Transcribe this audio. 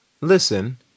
Listen